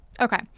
Okay